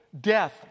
death